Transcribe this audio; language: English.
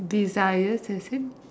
desires as in